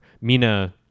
mina